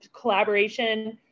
collaboration